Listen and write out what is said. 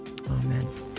Amen